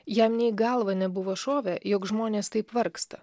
jam nė į galvą nebuvo šovę jog žmonės taip vargsta